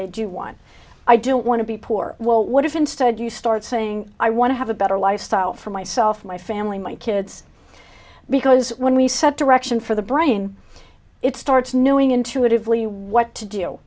they do one i don't want to be poor well what if instead you start saying i want to have a better lifestyle for myself my family my kids because when we set direction for the brain it starts knowing intuitively what to do